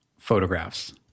photographs